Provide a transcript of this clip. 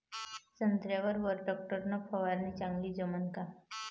संत्र्यावर वर टॅक्टर न फवारनी चांगली जमन का?